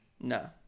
No